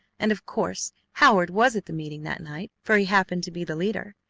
and of course howard was at the meeting that night, for he happened to be the leader.